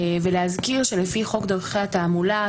ולהזכיר שלפי דרכי התעמולה,